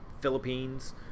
Philippines